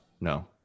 No